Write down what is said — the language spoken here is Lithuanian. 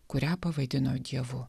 kurią pavadino dievu